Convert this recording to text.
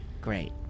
great